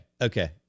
okay